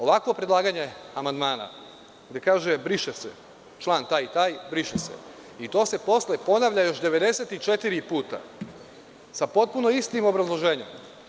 Ovakvo predlaganje amandmana, gde kaže – briše se član taj i taj - briše se i to se posle ponavlja još 94 puta sa potpuno istim obrazloženjem.